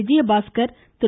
Vijayabaskar Thiru